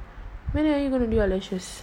when are you gonna do aliases